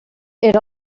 era